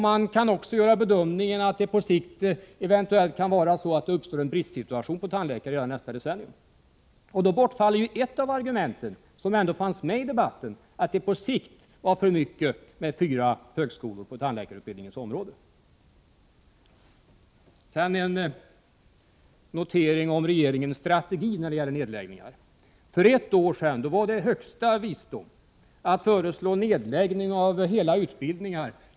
Man kan också göra bedömningen att det på sikt eventuellt kan uppstå en bristsituation när det gäller tandläkarna, kanske redan nästa decennium. Då bortfaller ju ett av de argument som ändå fanns medi debatten, nämligen att det på sikt var för mycket med fyra högskolor på tandläkarutbildningens område. Så en liten kommentar till regeringens strategi när det gäller nedläggningar. För ett år sedan var det högsta visdom att föreslå en nedläggning av hela utbildningar.